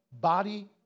body